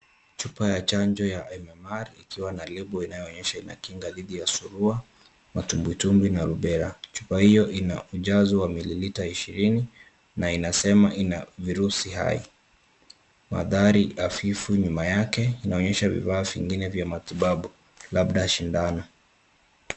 Chupa ya chanjo ya MMR, ikiwa na lebo inayoonyesha ina kinga dhidi ya Surua, Matumbwitumbwi na Rubela. Chupa hiyo ina ujazo wa mililita ishirini na inasema ina virusi hai. Mandhari hafifu nyuma yake inaonyesha vifaa vingine vya matibabu labda sindano.